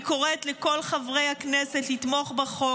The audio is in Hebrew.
אני קוראת לכל חברי הכנסת לתמוך בחוק.